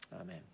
Amen